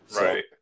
Right